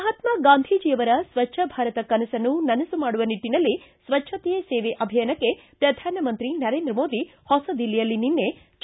ಮಹಾತ್ಮಾ ಗಾಂಧೀಜಿಯವರ ಸ್ವಜ್ವ ಭಾರತ ಕನಸನ್ನು ನನಸು ಮಾಡುವ ನಿಟ್ಟಿನಲ್ಲಿ ಸ್ವಜ್ವಕೆಯೆ ಸೇವೆ ಅಭಿಯಾನಕ್ಕೆ ಪ್ರಧಾನಮಂತ್ರಿ ನರೇಂದ್ರ ಮೋದಿ ಹೊಸ ದಿಲ್ಲಿಯಲ್ಲಿ ನಿನ್ನೆ ಚಾಲನೆ ನೀಡಿದರು